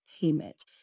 payment